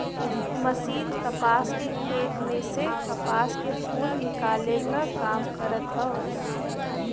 machine कपास के खेत में से कपास के फूल निकाले क काम करत हौ